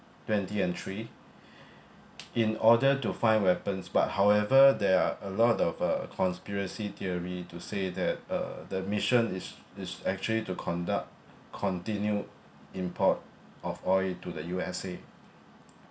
twenty and three in order to find weapons but however there are a lot of uh conspiracy theory to say that uh the mission is is actually to conduct continued import of oil to the U_S_A